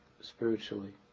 spiritually